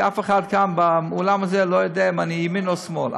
כי אף אחד כאן באולם הזה לא יודע אם אני ימין או שמאל.